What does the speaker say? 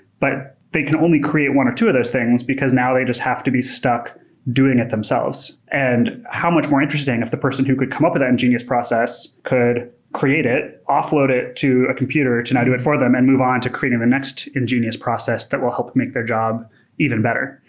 but they can only create one or two of those things because now they just have to be stuck doing it themselves and how much more interesting if the person who could come up with an ingenious process could create it, offload it to a computer to now do it for them and move on to creating the next ingenious process that will help make their job even better.